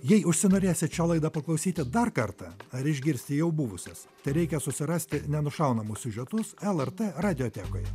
jei užsinorėsit šią laidą paklausyti dar kartą ar išgirsti jau buvusias tereikia susirasti nenušaunamus siužetus lrt radijotėkoje